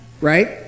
right